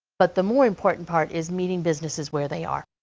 but the more important part is meeting businesses where they are.